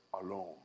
alone